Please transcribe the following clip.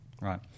Right